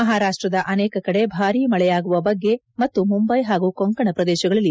ಮಹಾರಾಷ್ಟದ ಅನೇಕ ಕಡೆ ಭಾರಿ ಮಳೆಯಾಗುವ ಬಗ್ಗೆ ಮತ್ತು ಮುಂಬೈ ಹಾಗೂ ಕೊಂಕಣ ಪ್ರದೇಶಗಳಲ್ಲಿ